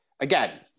Again